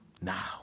Now